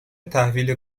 تحویل